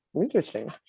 interesting